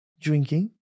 drinking